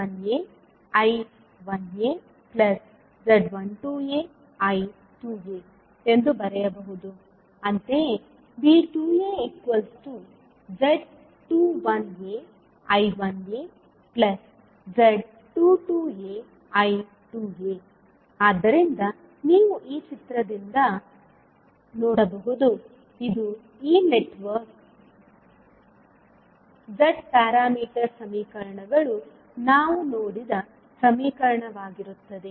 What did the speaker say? V1az11aI1az12aI2a ಎಂದು ಬರೆಯಬಹುದು ಅಂತೆಯೇ V2az21aI1az22aI2a ಆದ್ದರಿಂದ ನೀವು ಈ ಚಿತ್ರ ದಿಂದಾ ನೋಡಬಹುದು ಇದು ಈ ನೆಟ್ವರ್ಕ್ನ z ಪ್ಯಾರಾಮೀಟರ್ ಸಮೀಕರಣಗಳು ನಾವು ನೋಡಿದ ಸಮೀಕರಣವಾಗಿರುತ್ತದೆ